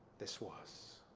this was.